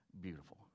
beautiful